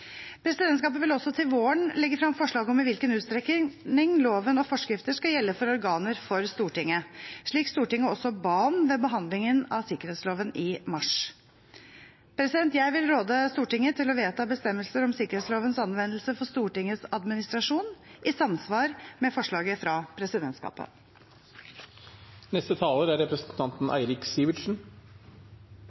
Presidentskapet vil også til våren legge frem forslag om i hvilken utstrekning loven og forskrifter skal gjelde for organer for Stortinget, slik Stortinget også ba om ved behandlingen av sikkerhetsloven i mars. Jeg vil råde Stortinget til å vedta bestemmelser om sikkerhetslovens anvendelse for Stortingets administrasjon i samsvar med forslaget fra presidentskapet.